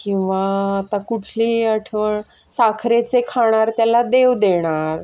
किंवा आता कुठली आठवण साखरेचे खाणार त्याला देव देणार